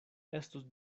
estus